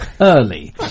early